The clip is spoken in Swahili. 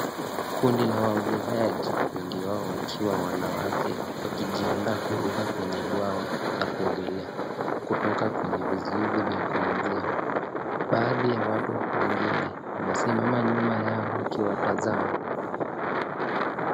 Kundi la waogeleaji, wengi wao wakiwa wanawake, wakijiandaa kuruka kwenye bwawa la kuogelea, kutoka kwenye vizuizi vya kuanzia. Baadhi ya watu wengine wamesimama nyuma yao wakiwatazama.